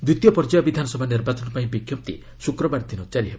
ଦ୍ୱିତୀୟ ପର୍ଯ୍ୟାୟ ବିଧାନସଭା ନିର୍ବାଚନ ପାଇଁ ବିଜ୍ଞପ୍ତି ଶୁକ୍ରବାରଦିନ ଜାରି ହେବ